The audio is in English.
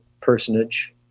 personage